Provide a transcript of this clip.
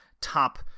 top